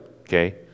Okay